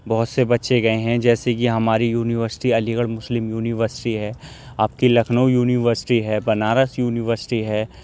بہت سے بچے گئے ہیں جیسے کہ ہماری university Aligarh Muslim university ہے آپ کی لکھنؤ یونیورسٹی ہے بنارس یونیورسٹی ہے